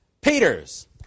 Peters